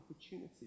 opportunity